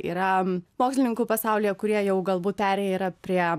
yra mokslininkų pasaulyje kurie jau galbūt perėję yra prie